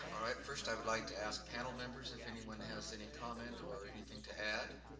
all right, first i would like to ask panel members if anyone has any comment or anything to add.